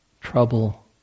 Trouble